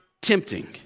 tempting